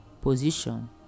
position